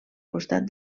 costat